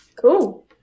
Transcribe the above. Cool